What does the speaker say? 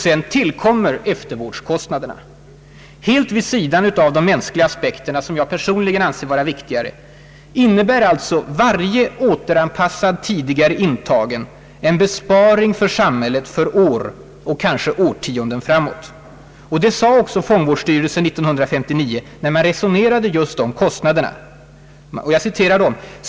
Sedan tillkommer eftervårdskostnaderna, Helt vid sidan av de mänskliga aspekterna, som jag personligen anser vara viktigare, betyder alltså varje återanpassad tidigare intagen en besparing för samhället under år och kanske årtionden framåt. Det sade också fångvårdsstyrelsen 1959, när man resonerade just om kostnaderna.